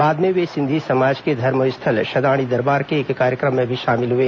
बाद में वे सिंधी समाज के धर्मस्थल शदाणी दरबार के एक कार्यक्रम में भी शामिल हुए